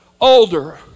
older